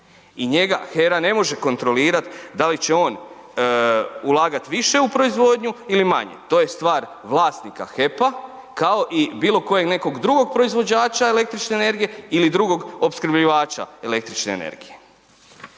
i njega HERA ne može kontrolirati da li će on ulagati više u proizvodnju ili manje, to je stvar vlasnika HEP-a kao i bilo kojeg nekog drugog proizvođača električne energije ili drugog opskrbljivača električne energije.